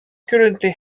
currently